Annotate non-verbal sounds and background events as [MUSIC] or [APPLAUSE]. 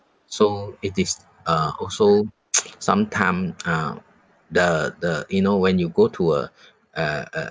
so it is uh also [NOISE] sometime ah the the you know when you go to uh uh uh